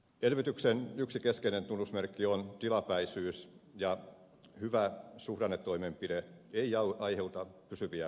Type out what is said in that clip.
elvytyksen yksi keskeinen tunnusmerkki on tilapäisyys ja hyvä suhdannetoimenpide ei aiheuta pysyviä muutoksia